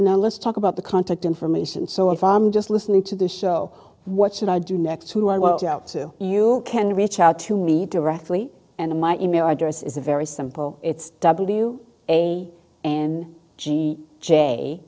know let's talk about the contact information so if i'm just listening to this show what should i do next to our world out to you can reach out to me directly and my e mail address is a very simple it's w a n g j